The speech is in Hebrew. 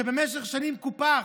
שבמשך שנים קופח,